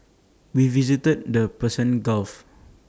we visited the Persian gulf